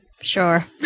Sure